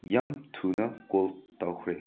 ꯌꯥꯝ ꯊꯨꯅ ꯀꯣꯜ ꯇꯧꯈ꯭ꯔꯦ